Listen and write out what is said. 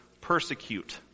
persecute